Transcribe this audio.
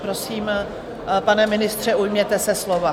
Prosím, pane ministře, ujměte se slova.